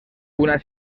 una